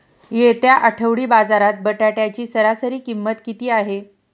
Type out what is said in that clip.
येत्या आठवडी बाजारात बटाट्याची सरासरी किंमत किती आहे?